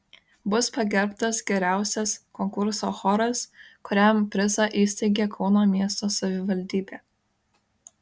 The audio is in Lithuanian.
bus pagerbtas geriausias konkurso choras kuriam prizą įsteigė kauno miesto savivaldybė